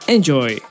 Enjoy